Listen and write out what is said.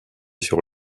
sur